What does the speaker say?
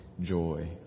joy